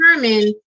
determine